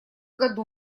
году